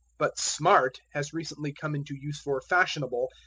but smart has recently come into use for fashionable,